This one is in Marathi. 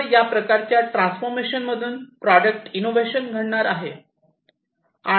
तर या प्रकारच्या ट्रान्सफॉर्मेशन मधून प्रॉडक्ट इनोवेशन घडणार आहे